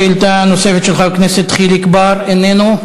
שאילתה נוספת, של חבר הכנסת חיליק בר, איננו.